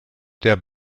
der